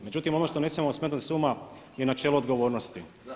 Međutim, ono što ne smijemo smetnuti s uma je načelo odgovornosti.